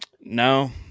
No